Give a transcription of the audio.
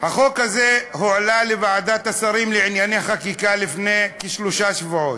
החוק הזה הועלה לוועדת השרים לענייני חקיקה לפני כשלושה שבועות,